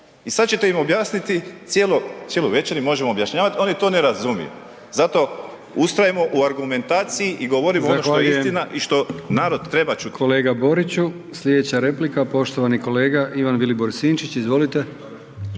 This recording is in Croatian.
I sad ćete im objasniti cijelo veće im možemo objašnjavati, oni to ne razumiju. Zato ustrajmo u argumentaciji i govorimo .../Upadica: Zahvaljujem./... što je istina i što narod treba čuti.